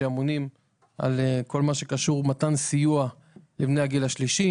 שאמונים על כל מה שקשור במתן סיוע לבני הגיל השלישי.